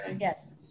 Yes